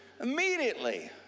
immediately